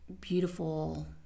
beautiful